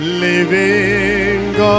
living